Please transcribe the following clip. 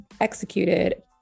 executed